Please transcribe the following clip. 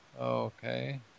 Okay